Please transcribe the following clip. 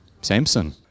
Samson